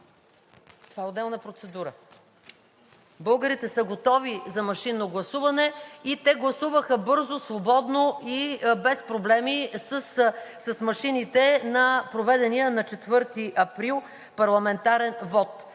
показаха, че българите са готови за машинно гласуване – те гласуваха бързо, свободно и без проблеми с машините на проведения на 4 април парламентарен вот.